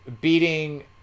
beating